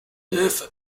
hilfe